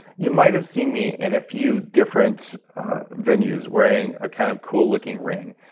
you might have seen me in a few different venues wearing a kind of cool-looking ring.